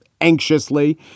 anxiously